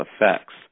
effects